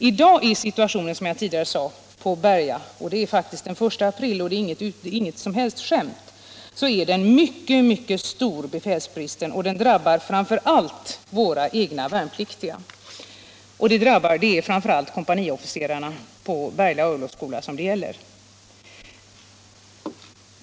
I dag är, som jag sade tidigare, situationen på Berga den — det är den 1 april men inget som helst skämt — att befälsbristen är synnerligen stor. Den drabbar våra egna värnpliktiga och rör framför allt kompaniofficerarna på Berga örlogskolor.